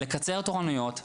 לקצר תורנויות,